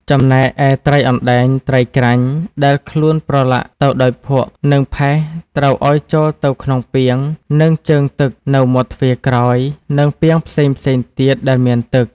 ចំណែកឯត្រីអណ្ដែង ត្រីក្រាញ់ ដែលខ្លួនប្រឡាក់ទៅដោយភក់ និងផេះ ត្រូវឲ្យចូលទៅក្នុងពាង និងជើងទឹកនៅមាត់ទ្វារក្រោយ និងពាងផ្សេងៗទៀតដែលមានទឹក។